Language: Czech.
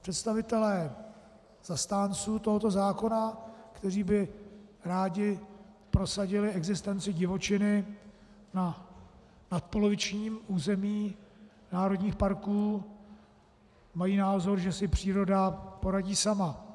Představitelé zastánců tohoto zákona, kteří by rádi prosadili existenci divočiny na nadpolovičním území národních parků, mají názor, že si příroda poradí sama.